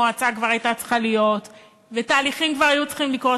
מועצה כבר הייתה צריכה להיות ותהליכים כבר היו צריכים לקרות.